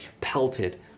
pelted